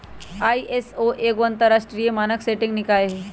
ISO एगो अंतरराष्ट्रीय मानक सेटिंग निकाय हइ